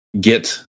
get